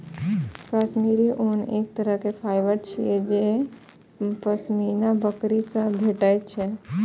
काश्मीरी ऊन एक तरहक फाइबर छियै जे पश्मीना बकरी सं भेटै छै